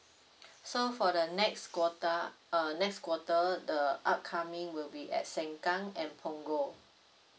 so for the next quarter uh next quarter the upcoming will be at sengkang and punggol